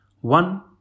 One